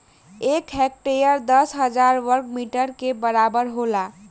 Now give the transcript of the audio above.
एक हेक्टेयर दस हजार वर्ग मीटर के बराबर होला